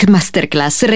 Masterclass